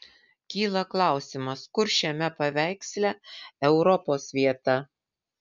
kyla klausimas kur šiame paveiksle europos vieta